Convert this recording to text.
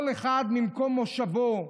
כל אחד ממקום מושבו,